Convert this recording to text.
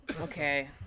Okay